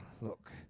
look